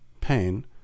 pain